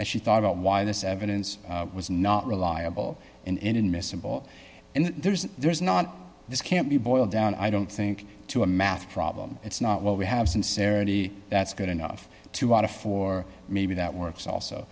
as she thought about why this evidence was not reliable and inadmissible and there's there's not this can't be boiled down i don't think to a math problem it's not what we have sincerity that's good enough two out of four maybe that works also